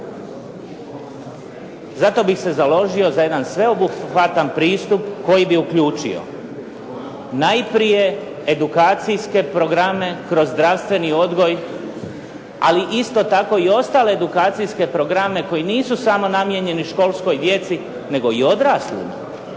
Zato bih se založio za jedan sveobuhvatan pristup koji bi uključio najprije edukacijske programe kroz zdravstveni odgoj, ali isto tako i ostale edukacijske programe koji nisu samo namijenjeni školskoj djeci nego i odraslima.